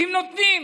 אם נותנים.